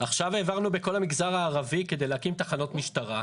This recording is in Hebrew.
עכשיו העברנו בכל המגזר הערבי כדי להקים תחנות משטרה,